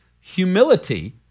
humility